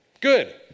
Good